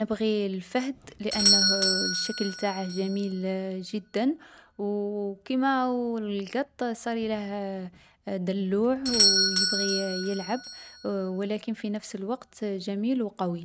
نبغي الفهد لأن الشكل نتاعه بزاف شباب،، صاريله كيما القط، جاي دلّوع و يبغي يلعب و لكن في نفس الوقت شباب و قوي.